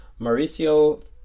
Mauricio